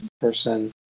person